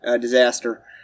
disaster